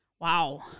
Wow